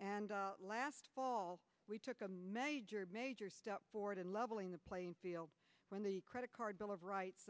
and last fall we took a major step forward in leveling the playing field when the credit card bill of rights